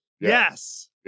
Yes